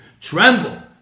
tremble